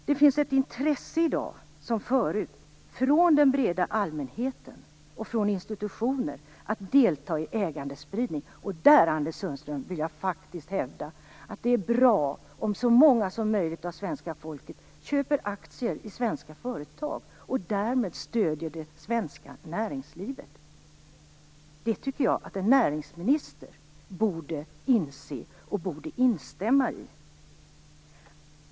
Det finns ett intresse i dag, som förut, från den breda allmänheten och från institutioner att delta i ägandespridning, och där, Anders Sundström, vill jag faktiskt hävda att det är bra om så många som möjligt av det svenska folket köper aktier i svenska företag och därmed stöder det svenska näringslivet. Det tycker jag att en näringsminister borde inse och instämma i.